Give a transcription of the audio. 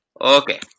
Okay